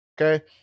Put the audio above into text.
Okay